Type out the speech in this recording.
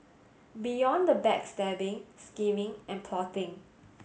beyond the backstabbing scheming and plotting